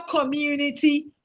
community